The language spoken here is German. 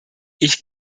ich